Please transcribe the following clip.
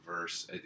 verse